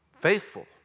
Faithful